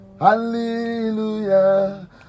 Hallelujah